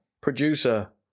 producer